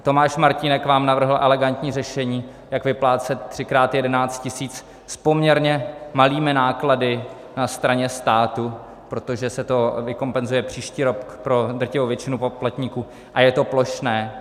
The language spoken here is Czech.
Tomáš Martínek vám navrhl elegantní řešení, jak vyplácet třikrát 11 tisíc s poměrně malými náklady na straně státu, protože se to vykompenzuje pro příští rok pro drtivou většinu poplatníků a je to plošné.